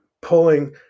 pulling